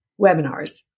webinars